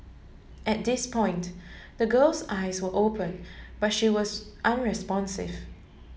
at this point the girl's eyes were open but she was unresponsive